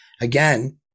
again